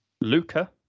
Luca